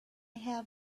have